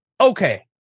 okay